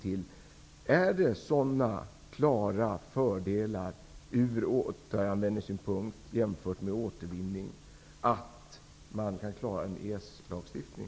Finns det sådana klara fördelar med återanvändning att man kan klara en EES-lagstiftning?